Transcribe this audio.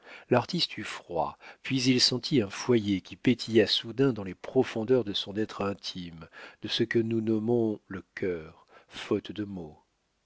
l'artiste eut froid puis il sentit un foyer qui pétilla soudain dans les profondeurs de son être intime de ce que nous nommons le cœur faute de mot